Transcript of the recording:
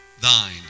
thine